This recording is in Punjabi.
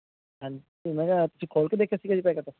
ਹਾਂਜੀ ਮੈਂ ਕਿਹਾ ਤੁਸੀਂ ਖੋਲ੍ਹ ਕੇ ਦੇਖਿਆ ਸੀਗਾ ਜੀ ਪੈਕਟ